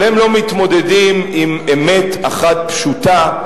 אבל הם לא מתמודדים עם אמת אחת פשוטה,